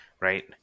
Right